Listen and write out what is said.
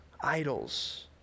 idols